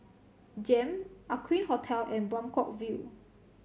JEM Aqueen Hotel and Buangkok View